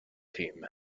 team